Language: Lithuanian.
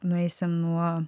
nueisim nuo